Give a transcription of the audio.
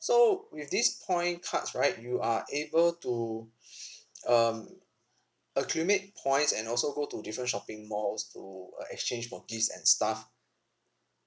so with this point cards right you are able to um accumulate points and also go to different shopping malls to uh exchange for gifts and stuff